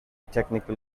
technical